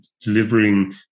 delivering